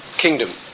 kingdom